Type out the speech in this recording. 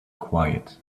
quiet